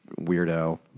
weirdo